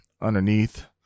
underneath